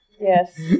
Yes